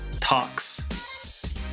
Talks